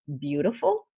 beautiful